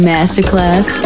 Masterclass